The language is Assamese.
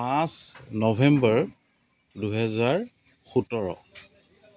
পাঁচ নৱেম্বৰ দুহেজাৰ সোতৰ